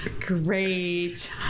Great